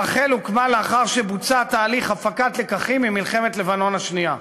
רח"ל הוקמה לאחר שבוצע תהליך הפקת לקחים ממלחמת לבנון השנייה.